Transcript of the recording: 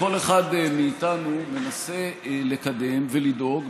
כל אחד מאיתנו מנסה לקדם ולדאוג,